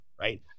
right